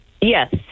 Yes